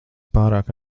pārāk